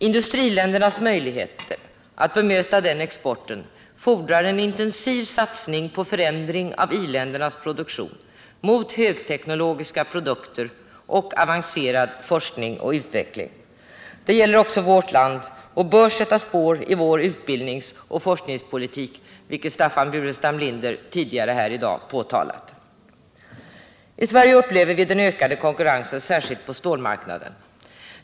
Industriländernas möjligheter att bemöta denna export fordrar en intensiv satsning på förändring av iländernas produktion mot högteknologiska produkter och avancerad forskning och utveckling. Det gäller också vårt land och bör sätta spår i vår utvecklingsoch forskningspolitik, vilket Staffan Burenstam Linder tidigare här i dag har påtalat. I Sverige upplever vi den ökade konkurrensen särskilt på stålmarknaden.